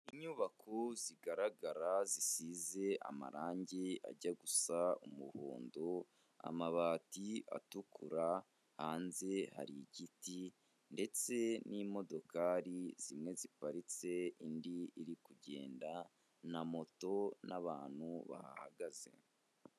Inyubako zigaragara zisize amarange ajya gusa umuhondo, amabati atukura, hanze hari igiti ndetse n'imodokari zimwe ziparitse indi iri kugenda na moto n'abantu bahahagaze.